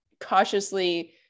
cautiously